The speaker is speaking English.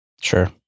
Sure